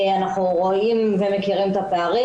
אנחנו רואים ומכירים את הפערים,